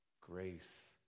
grace